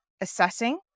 assessing